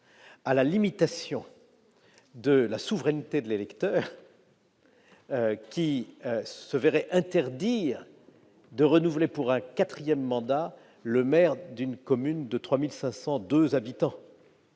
à la limitation de la souveraineté de l'électeur, qui se verrait interdire de renouveler pour un quatrième mandat le maire d'une commune de 3 502 habitants